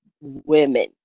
women